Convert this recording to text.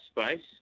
space